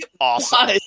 Awesome